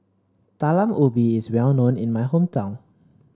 Talam Ubi is well known in my hometown